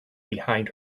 behind